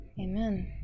Amen